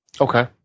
Okay